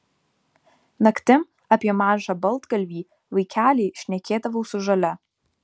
naktim apie mažą baltgalvį vaikelį šnekėdavau su žole